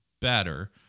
better